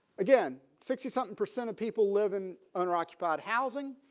again sixty something percent of people live in owner occupied housing.